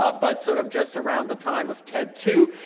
ah but sort of just around the time of ted two,